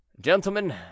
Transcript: Gentlemen